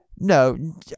No